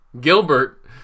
Gilbert